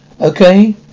okay